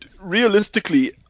realistically